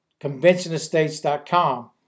conventionestates.com